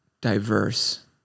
diverse